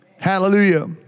Hallelujah